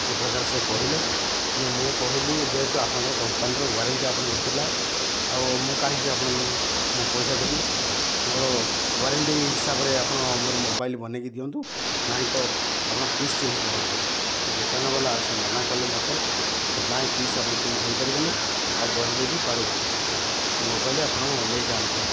ଏ ପ୍ରକାର ସେ କହିଲେ ତେଣୁ ମୁଁ କହିଲି ଯେହେତୁ ଆପଣଙ୍କର କମ୍ପାନୀର ୱାରେଣ୍ଟି ଆପଣଙ୍କର ଥିଲା ଆଉ ମୁଁ କାହିଁକି ଆପଣଙ୍କୁ ମୁଁ ପଇସା ଦେବି ମୋର ୱାରେଣ୍ଟି ହିସାବରେ ଆପଣ ମୋର ମୋବାଇଲ ବନେଇକି ଦିଅନ୍ତୁ ନାହିଁ ତ ଆପଣ ପିସ୍ ଚେଞ୍ଜ କରନ୍ତୁ ସେ ଦୋକାନ ବାଲା ସେ ମନା କଲେ ମତେ କହିଲେ ନାଇଁ ପିସ୍ ଆପଣ ଚେଞ୍ଜ ହେଇପାରିବନି ଆଉ ବନେଇ ବି ପାରିବୁନୁ ସେ ମୋବାଇଲ ଆପଣ ନେଇଯାଆନ୍ତୁ